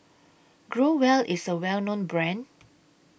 Growell IS A Well known Brand